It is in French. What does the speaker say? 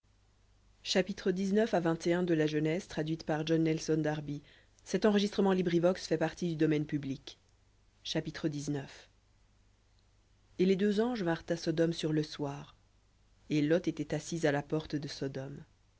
et les deux anges vinrent à sodome sur le soir et lot était assis à la porte de sodome